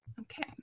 Okay